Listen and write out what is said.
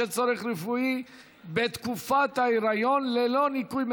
הרווחה והבריאות להכנתה לקריאה